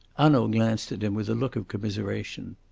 hanaud glanced at him with a look of commiseration.